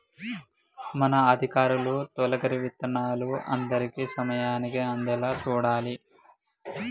మన అధికారులు తొలకరి విత్తనాలు అందరికీ సమయానికి అందేలా చూడాలి